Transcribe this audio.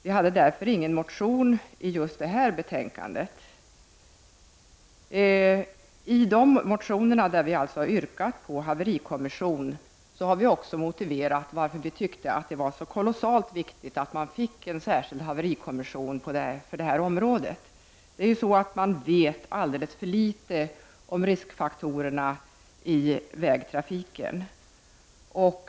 Vi hade därför ingen motion i just det här betänkandet. I de motioner där vi har yrkat på inrättande av en haverikommission har vi också motiverat varför vi tycker att det är så kolossalt viktigt att få en särskild haverikommission för vägtrafikområdet. Man vet alldeles för litet om riskfaktorerna i vägtrafiken.